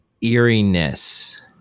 eeriness